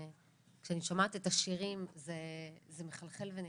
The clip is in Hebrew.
כשאני שומעת את השירים זה מחלחל ונכנס.